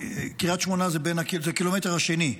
קריית שמונה זה הקילומטר השני.